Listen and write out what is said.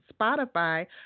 Spotify